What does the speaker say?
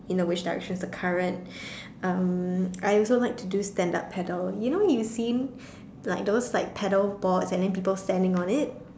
you know which direction is the current um I also like to do stand up paddle you know you seen like those like paddle boards and then people standing on it